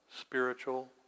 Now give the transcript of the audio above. spiritual